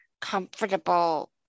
comfortable